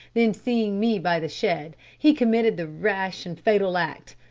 then seeing me by the shed he committed the rash and fatal act.